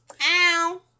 Ow